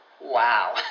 Wow